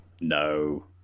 No